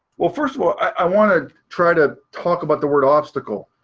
well, first of all, i want to try to talk about the word obstacle.